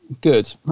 good